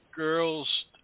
Girls